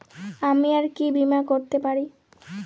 আমি আর কি বীমা করাতে পারি?